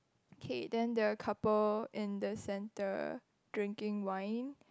okay then there are a couple in the centre drinking wine